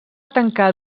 tancar